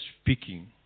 speaking